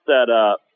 setup